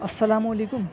السلام علیکم